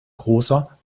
grosser